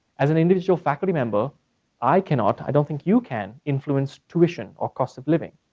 as an individual faculty member i cannot, i don't think you can influence tuition or cost of living.